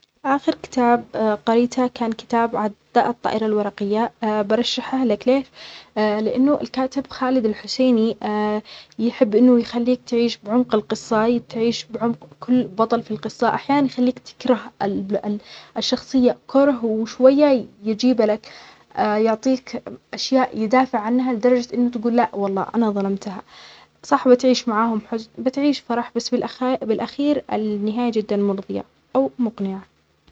آخر كتاب قريته كان كتاب عداء الطائرة الورقية برشحة لكلير.